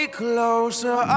closer